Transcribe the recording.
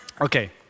Okay